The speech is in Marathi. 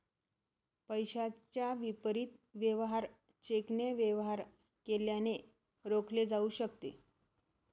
पैशाच्या विपरीत वेवहार चेकने वेवहार केल्याने रोखले जाऊ शकते